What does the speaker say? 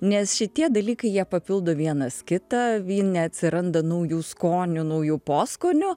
nes šitie dalykai jie papildo vienas kitą vyne atsiranda naujų skonių naujų poskonių